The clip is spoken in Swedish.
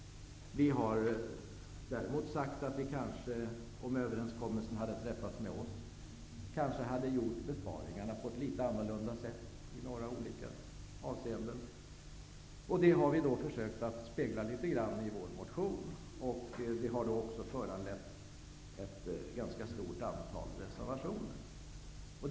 Vi har helt och hållet ställt oss bakom det. Däremot har vi sagt att vi kanske hade gjort besparingarna på ett litet annorlunda sätt i några olika avseenden, om överenskommelsen hade träffats med oss. Det har vi försökt spegla litet i vår motion. Det har också föranlett ett ganska stort antal reservationer.